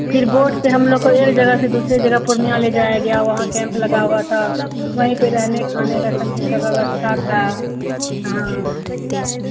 फिर बोट से हम लोग को एक जगह से दूसरे जगह पूर्णियाँ ले जाया गया वहाँ कैंप लगा हुआ था वहीं पे रहने खाने का सब चीज का व्यवस्था था हाँ